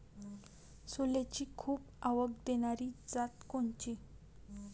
सोल्याची खूप आवक देनारी जात कोनची?